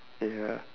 yeah